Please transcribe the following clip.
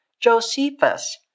Josephus